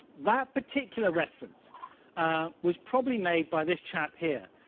that particular reference was probably made by this chap here.